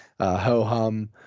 ho-hum